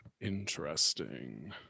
Interesting